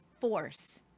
force